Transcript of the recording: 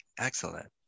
excellent